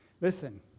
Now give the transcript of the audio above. Listen